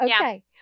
okay